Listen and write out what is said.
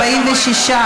46,